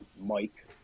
Mike